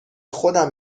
خودم